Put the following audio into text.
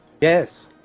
Yes